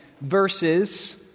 verses